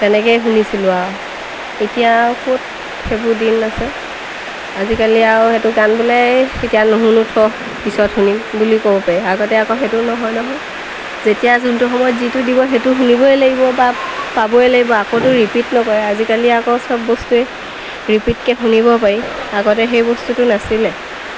তেনেকেই শুনিছিলোঁ আৰু এতিয়া ক'ত সেইবোৰ দিন আছে আজিকালি আৰু সেইটো গান বোলে এতিয়া নুশুনো থ পিছত শুনিম বুলি ক'ব পাৰি আগতে আকৌ সেইটো নহয় নহয় যেতিয়া যোনটো সময়ত যিটো দিব সেইটো শুনিবই লাগিব বা পাবই লাগিব আকৌতো ৰিপিট নকৰে আজিকালি আকৌ চব বস্তুৱেই ৰিপিটকৈ শুনিব পাৰি আগতে সেই বস্তুটো নাছিলে